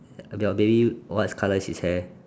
okay baby what's colour is his hair